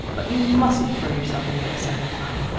but you mustn't throw yourself away a second time.